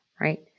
right